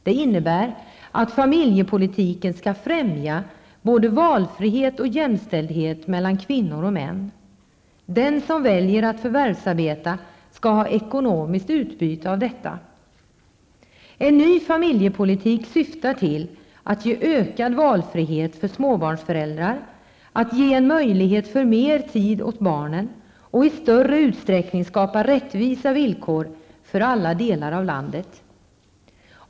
Det innebär, att familjepolitiken skall främja både valfrihet och jämställdhet mellan kvinnor och män. Den som väljer att förvärvsarbeta skall ha ekonomiskt utbyte av detta. En ny familjepolitik syftar till att ge ökad valfrihet för småbarnsföräldrar, att ge en möjlighet för mer tid åt barnen och att i större utsträckning skapa rättvisa villkor för alla delar av landet.